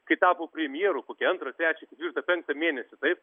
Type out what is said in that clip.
kai tapo premjeru kokia antrą trečią ketvirtą penktą mėnesį taip